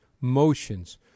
motions